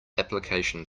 application